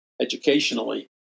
educationally